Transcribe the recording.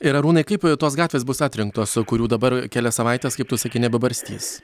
ir arūnai kaip tos gatvės bus atrinktos kurių dabar kelias savaites kaip tu sakei nebebarstys